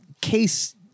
case